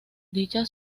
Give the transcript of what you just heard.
dicha